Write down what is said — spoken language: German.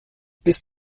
bis